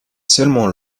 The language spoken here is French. seulement